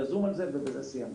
להוסיף,